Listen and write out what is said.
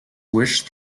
wish